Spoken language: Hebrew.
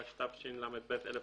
התשל"ב-1972"